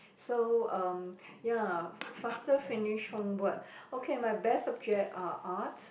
so um ya faster finish homework okay my best subject are Art